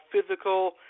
physical